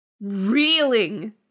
reeling